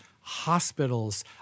hospitals